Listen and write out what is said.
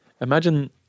Imagine